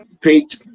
page